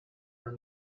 are